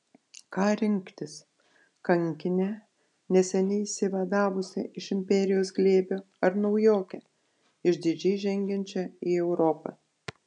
ką rinktis kankinę neseniai išsivadavusią iš imperijos glėbio ar naujokę išdidžiai žengiančią į europą